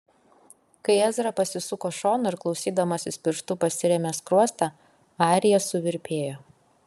kai ezra pasisuko šonu ir klausydamasis pirštu pasirėmė skruostą arija suvirpėjo